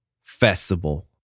festival